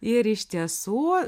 ir iš tiesų